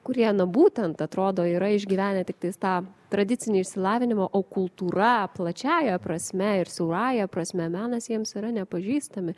kurie na būtent atrodo yra išgyvenę tiktais tą tradicinį išsilavinimą o kultūra plačiąja prasme ir siaurąja prasme menas jiems yra nepažįstami